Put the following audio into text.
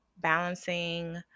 balancing